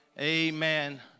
Amen